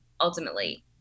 ultimately